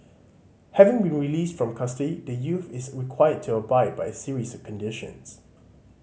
having been released from custody the youth is required to abide by a series of conditions